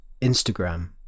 Instagram